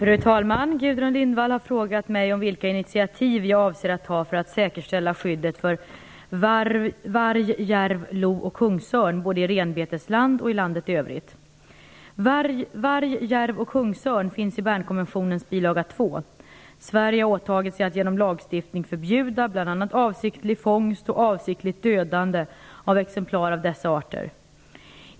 Fru talman! Gudrun Lindvall har frågat mig vilka initiativ jag avser att ta för att säkerställa skyddet för varg, järv, lo och kungsörn både i renbetesland och i landet i övrigt. Varg, järv och kungsörn finns i Bernkonventionens bilaga II. Sverige har åtagit sig att genom lagstiftning förbjuda bl.a. avsiktlig fångst och avsiktligt dödande av exemplar av dessa arter.